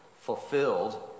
fulfilled